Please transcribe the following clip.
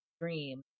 dream